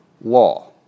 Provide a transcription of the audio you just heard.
law